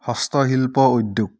হস্তশিল্প উদ্যোগ